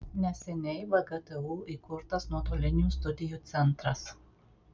neseniai vgtu įkurtas nuotolinių studijų centras